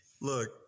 look